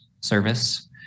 service